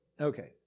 Okay